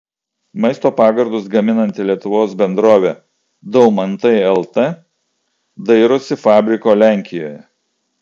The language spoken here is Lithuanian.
maisto pagardus gaminanti lietuvos bendrovė daumantai lt dairosi fabriko lenkijoje